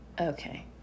okay